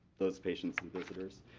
those patients and visitors.